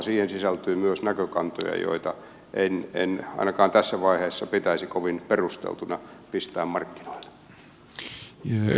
siihen sisältyy myös näkökantoja joita en ainakaan tässä vaiheessa pitäisi kovin perusteltuina markkinoille pistämisessä